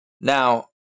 Now